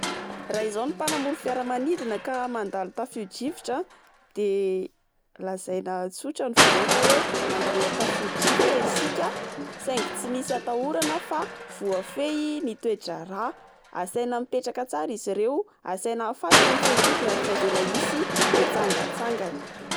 Raha izao no mpanamory fiaramanidina ka mandalo tafio-drivotra. De lazaina tsotra ny vahoaka hoe mandalo anah- tafio-drivotra isika, saingy tsy misy ataorana fa voafehy ny toe-draharaha. Asaina mipetraka tsara izy ireo, asaina afatony ny fe-kibony ary tsy avela hisy hitsangatsangana.